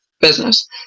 business